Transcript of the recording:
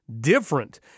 Different